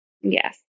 yes